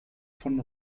von